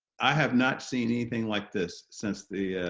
i have not seen anything like this since the